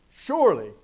surely